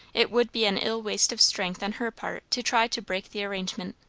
it would be an ill waste of strength on her part to try to break the arrangement.